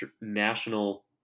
national